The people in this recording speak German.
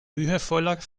mühevoller